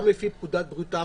גם לפי פקודת בריאות העם,